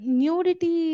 nudity